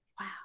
Wow